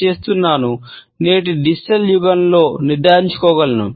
చేసుకోకుండా ఉండాలని నేను ఎలా నిర్ధారించుకోగలను